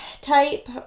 type